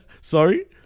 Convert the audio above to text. Sorry